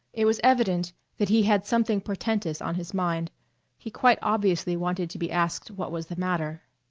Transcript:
it was evident that he had something portentous on his mind he quite obviously wanted to be asked what was the matter.